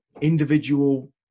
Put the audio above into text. individual